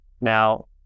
Now